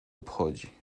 obchodzi